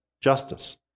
justice